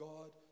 God